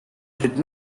did